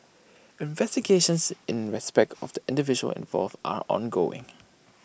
investigations in respect of the individuals involved are ongoing